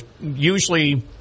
Usually